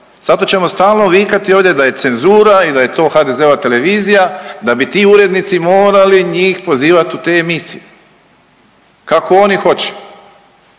zato ćemo stalno vikati ovdje da je cenzura i da je to HDZ-ova televizija da bi ti urednici morali njih pozivat u te emisije, kako oni hoće.